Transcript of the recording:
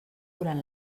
durant